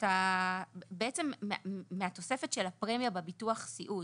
בעצם מהתוספת של הפרמיה בביטוח סיעוד